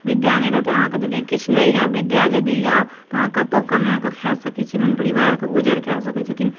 विद्या नहि रहतै अहाँके यदि किछु नहि यऽ विद्या जदि यऽ तऽ अहाँ कतहुँ कमाए कऽ खाए सकैत छी अपन परिवार कऽ गुजर कए सकैत छथिन